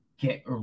get